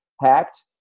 hacked